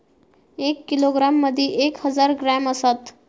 एक किलोग्रॅम मदि एक हजार ग्रॅम असात